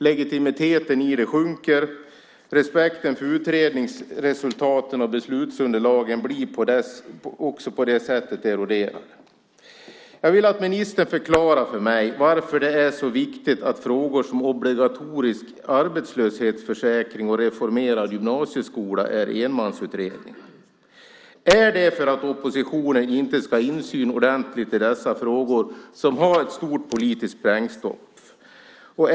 Legitimiteten i det sjunker, och respekten för utredningsresultaten och beslutsunderlagen blir också på det sättet eroderad. Jag vill att ministern förklarar för mig varför det är så viktigt att frågor som obligatorisk arbetslöshetsförsäkring och reformerad gymnasieskola är föremål för enmansutredningar. Är det för att oppositionen inte ska ha insyn ordentligt i dessa frågor som har ett stort politiskt sprängstoff?